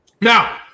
Now